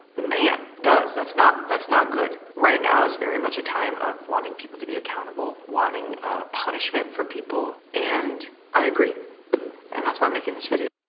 man does. that's not that's not good. right now is very much a time of wanting people to be accountable, wanting punishment for people and i agree and that's why i'm making this video.